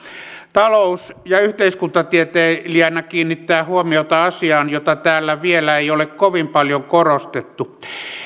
talous ja yhteiskuntatieteilijänä kiinnittää huomiota asiaan jota täällä vielä ei ole kovin paljon korostettu